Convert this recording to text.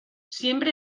siempre